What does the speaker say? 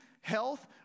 health